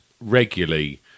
regularly